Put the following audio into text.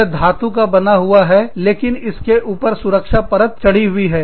यह धातु का बना हुआ है लेकिन इसके ऊपर सुरक्षा परत चढ़ी हुई है